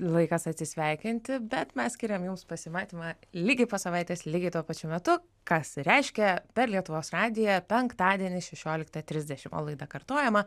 laikas atsisveikinti bet mes skiriam jums pasimatymą lygiai po savaitės lygiai tuo pačiu metu kas reiškia per lietuvos radiją penktadienį šešioliktą trisdešimt o laida kartojama